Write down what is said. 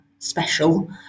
Special